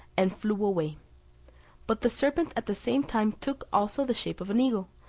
and flew away but the serpent at the same time took also the shape of an eagle,